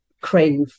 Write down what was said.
crave